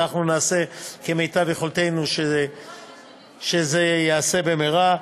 אנחנו נעשה כמיטב יכולתנו שזה ייעשה במהרה,